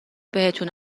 بهتون